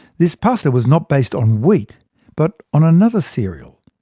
this pasta was not based on wheat but on another cereal,